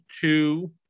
two